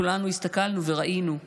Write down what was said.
כולנו הסתכלנו וראינו,